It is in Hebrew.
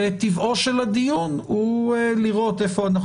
טבעו של הדיון הוא לראות איפה אנחנו